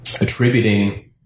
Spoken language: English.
attributing